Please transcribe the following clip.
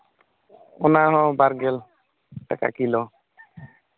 ᱚᱱᱟᱦᱚᱸ ᱵᱟᱨᱜᱮᱞ ᱴᱟᱠᱟ ᱠᱤᱞᱳ